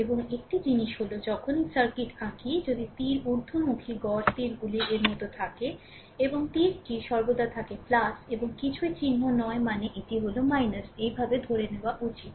এবং একটি জিনিস হল যখনই সার্কিট আঁকি যদি তীর উর্ধ্বমুখী গড় তীরগুলি এর মতো থাকে এবং তীরটি সর্বদা থাকে এবং কিছুই চিহ্ন নয় মানে এটি হল এইভাবে ধরে নেওয়া উচিত